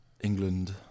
England